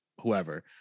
whoever